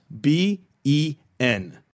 B-E-N